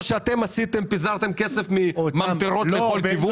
שאתם עשיתם כשפיזרתם כסף ממטרות לכל כיוון.